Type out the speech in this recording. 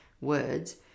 words